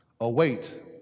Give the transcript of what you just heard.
await